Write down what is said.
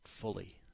fully